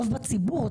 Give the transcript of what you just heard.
רוב בציבור,